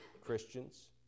Christians